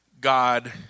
God